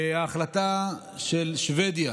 ההחלטה של שבדיה